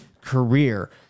career